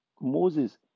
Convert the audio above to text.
Moses